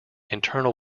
internal